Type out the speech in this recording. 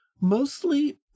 mostly